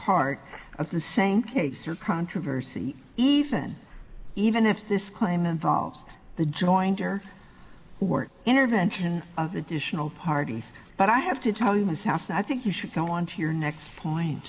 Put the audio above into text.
part of the same case or controversy even even if this claim involves the jointer weren't intervention of additional parties but i have to tell you miss house and i think you should go on to your next point